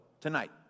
tonight